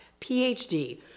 PhD